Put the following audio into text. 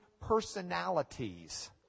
personalities